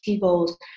goals